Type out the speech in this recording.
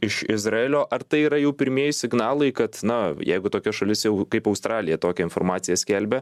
iš izraelio ar tai yra jau pirmieji signalai kad na jeigu tokia šalis jau kaip australija tokią informaciją skelbia